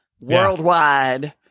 worldwide